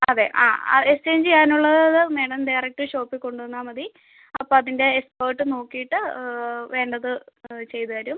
അതെ ആ എക്സ്ചേഞ്ച് ചെയ്യാനുള്ളത് മാഡം ഡയറക്റ്റ് ഷോപ്പിൽ കൊണ്ടുവന്നാൽ മതി അപ്പോൾ അതിന്റെ എക്സ്പേട്ട് നോക്കിയിട്ട് വേണ്ടത് ചെയ്തുതരും